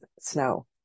snow